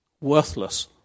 worthless